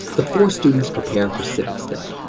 the four students prepare for civics day.